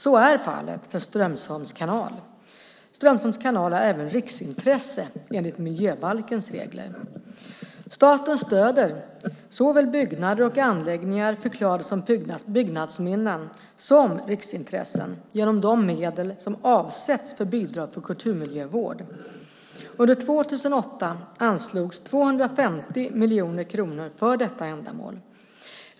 Så är fallet för Strömsholms kanal. Strömsholms kanal är även riksintresse enligt miljöbalkens regler. Staten stöder såväl byggnader och anläggningar förklarade som byggnadsminnen som riksintressen genom de medel som avsätts för bidrag för kulturmiljövård. Under 2008 anslogs 250 miljoner kronor för detta ändamål.